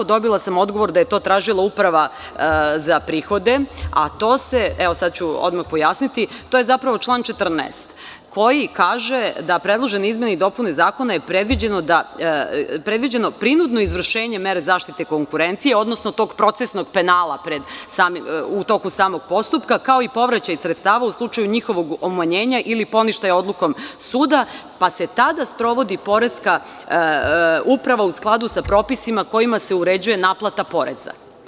Dobila sam odgovor da je to tražila Uprava za prihode, a to je zapravo član 14. koji kaže da predložene izmene i dopune zakona je predviđeno prinudno izvršenje mere zaštiti konkurencije, odnosno tog procesnog penala u toku samog procesa kao i povraćaj sredstava u slučaju njihovog umanjenja ili poništaja odlukom suda, pa se tada sprovodi poreska uprava u skladu sa propisima kojima se uređuje naplata poreza.